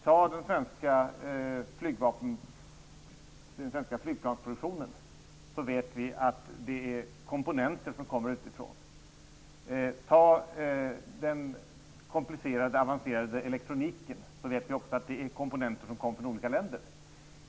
Låt oss ta den svenska flygplansproduktionen som exempel. Vi vet att det är komponenter som kommer utifrån. Inom den avancerade elektroniken finns det också komponenter som kommer från olika länder.